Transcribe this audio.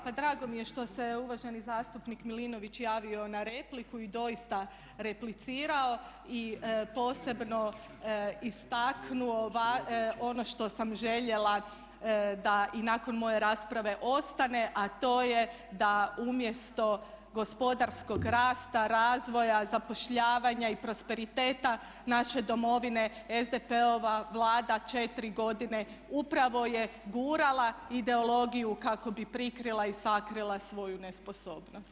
Pa drago mi je što se uvaženi zastupnik Milanović javio na repliku i doista replicirao i posebno istaknuo ono što sam željela da i nakon moje rasprave ostane a to je da umjesto gospodarskog rasta, razvoja, zapošljavanja i prosperiteta naše domovine SDP-ova Vlada 4 godine upravo je gurala ideologiju kako bi prikrila i sakrila svoju nesposobnost.